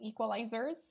Equalizers